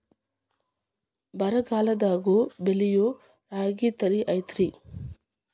ಬರಗಾಲದಾಗೂ ಬೆಳಿಯೋ ರಾಗಿ ತಳಿ ಐತ್ರಿ?